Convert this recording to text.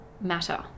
matter